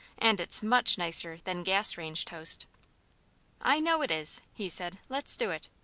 and it's much nicer than gas range toast i know it is, he said let's do it.